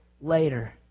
later